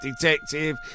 Detective